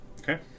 Okay